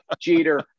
Jeter